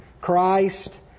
Christ